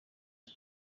iki